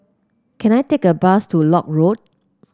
can I take a bus to Lock Road